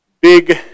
big